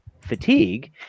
fatigue